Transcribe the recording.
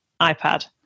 iPad